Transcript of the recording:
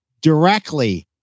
directly